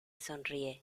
sonríe